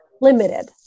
limited